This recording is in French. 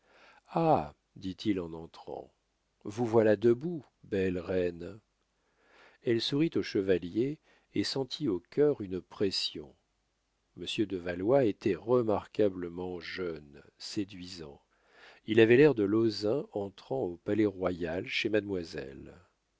ah dit-il en entrant vous voilà debout belle reine elle sourit au chevalier et sentit au cœur une pression monsieur de valois était remarquablement jeune séduisant il avait l'air de lauzun entrant au palais-royal chez mademoiselle